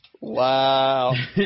Wow